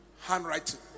Handwriting